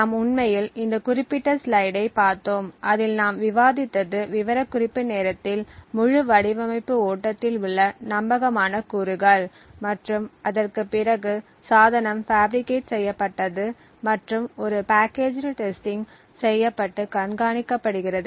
நாம் உண்மையில் இந்த குறிப்பிட்ட ஸ்லைடைப் பார்த்தோம் அதில் நாம் விவாதித்தது விவரக்குறிப்பு நேரத்தில் முழு வடிவமைப்பு ஓட்டத்தில் உள்ள நம்பகமான கூறுகள் மற்றும் அதற்குப் பிறகு சாதனம் பாஃபிரிகேட் செய்யப்பட்டது மற்றும் ஒரு பேக்கஜ்ட்டு டெஸ்டிங் செய்யப்பட்டு கண்காணிக்கப்படுகிறது